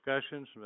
discussions